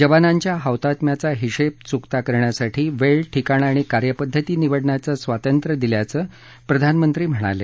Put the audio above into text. जवानांच्या हौतात्म्याचा हिशेब चुकता करण्यासाठी वेळ ठिकाण आणि कार्यपद्धती निवडण्याचं स्वातंत्र्या दिल्याचं प्रधानमंत्री म्हणाले